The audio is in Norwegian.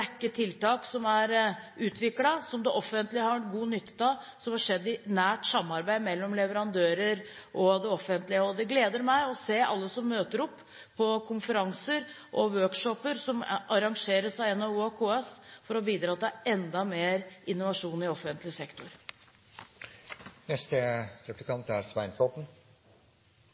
tiltak som er utviklet som det offentlige har god nytte av, som har skjedd i nært samarbeid med leverandører og det offentlige. Det gleder meg å se alle som møter opp på konferanser og work shop-er som arrangeres av NHO og KS for å bidra til enda mer innovasjon i offentlig sektor. Klagenemnda for Offentlige Anskaffelser er